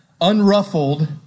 unruffled